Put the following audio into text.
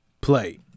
play